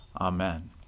Amen